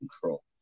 control